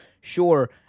sure